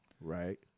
Right